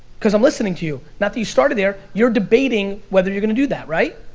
cause i'm listening to you, not that you started there, you're debating whether you're gonna do that, right?